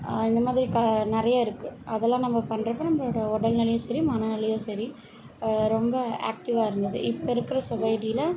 இந்தமாதிரி க நிறையா இருக்குது அதெல்லாம் நம்ம பண்ணுறப்ப நம்மளோடய உடல் நிலையும் சரி மனநிலையும் சரி ரொம்ப ஆக்ட்டிவாக இருந்தது இப்போ இருக்கிற சொசைட்டியில்